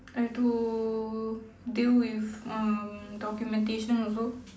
I have to deal with uh documentation also